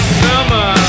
summer